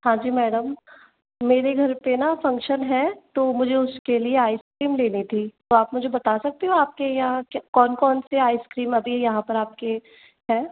हाँ जी मैडम मेरे घर पर न फंक्शन है तो मुझे उसके लिए आइसक्रीम लेनी थी तो आप मुझे बता सकते हो आपके यहाँ कौन कौन सी आइसक्रीम अभी यहाँ पर आपके हैं